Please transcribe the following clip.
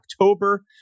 October